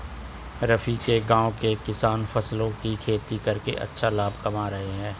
रफी के गांव के किसान फलों की खेती करके अच्छा लाभ कमा रहे हैं